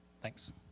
Thanks